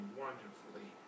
wonderfully